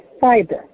fiber